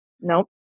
Nope